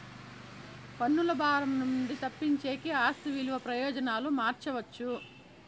పన్నుల భారం నుండి తప్పించేకి ఆస్తి విలువ ప్రయోజనాలు మార్చవచ్చు